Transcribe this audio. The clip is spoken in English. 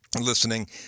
listening